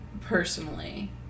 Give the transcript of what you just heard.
personally